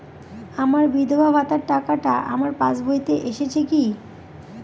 আমার বিধবা ভাতার টাকাটা আমার পাসবইতে এসেছে কি?